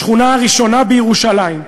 השכונה הראשונה בירושלים,